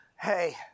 hey